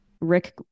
Rick